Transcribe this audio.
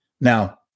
Now